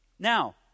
Now